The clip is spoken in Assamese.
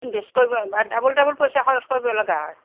ডাবুল ডাবুল পইচা খৰচ কৰিবলগীয়া হয়